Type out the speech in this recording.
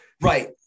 right